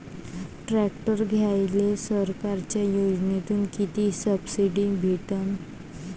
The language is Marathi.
ट्रॅक्टर घ्यायले सरकारच्या योजनेतून किती सबसिडी भेटन?